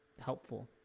helpful